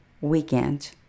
weekend